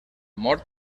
mort